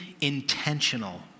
intentional